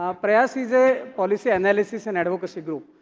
ah prayas is a policy analysis and advocacy group.